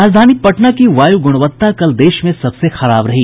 राजधानी पटना की वायु गुणवत्ता कल देश में सबसे खराब रही